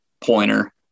pointer